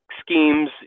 schemes